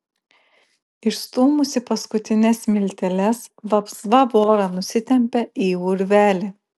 išstūmusi paskutines smilteles vapsva vorą nusitempią į urvelį